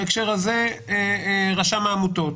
בהקשר הזה רשם העמותות.